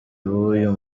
b’uyu